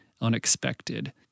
unexpected